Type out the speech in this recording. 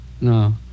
No